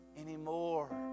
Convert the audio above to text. anymore